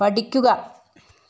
പഠിക്കുക